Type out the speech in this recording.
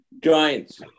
Giants